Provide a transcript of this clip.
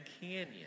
Canyon